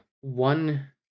one